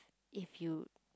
if you